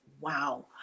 wow